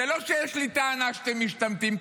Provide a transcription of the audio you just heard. זה לא שיש לי טענה שאתם משתמטים,